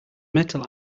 metal